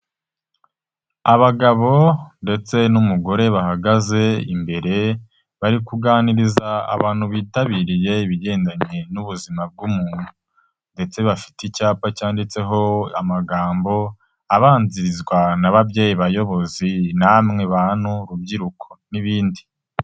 Abagabo ndetse n'umugore bahagaze imbere, bari kuganiriza abantu bitabiriye ibigendanye n'ubuzima bw'umuntu ndetse bafite icyapa cyanditseho amagambo, abanzirizwa na babyeyi, bayobozi namwe bantu, rubyiruko n'ibindi.